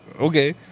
okay